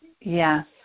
Yes